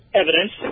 evidence